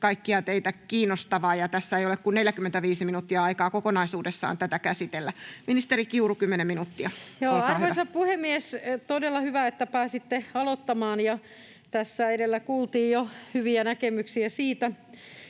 kaikkia teitä kiinnostava ja tässä ei ole kuin 45 minuuttia aikaa kokonaisuudessaan tätä käsitellä. — Ministeri Kiuru, 10 minuuttia. Olkaa hyvä. Arvoisa puhemies! Todella hyvä, että pääsitte aloittamaan, ja tässä edellä kuultiin jo hyviä näkemyksiä siitä,